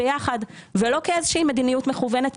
ביחד ולא כאיזה שהיא מדיניות מכוונת.